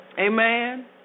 Amen